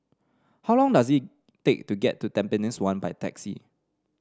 how long does it take to get to Tampines one by taxi